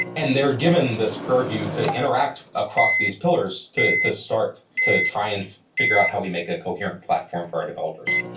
and they're given this purview to interact across these pillars to to start to try and figure out how we make a coherent platform for our developers,